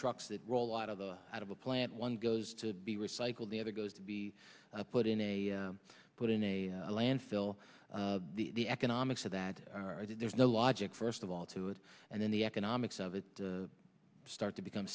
trucks that roll out of the out of a plant one goes to be recycled the other goes to be put in a put in a landfill the economics of that i did there's no logic first of all to it and then the economics of it start to become